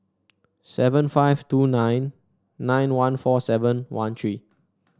seven five two nine nine one four seven one three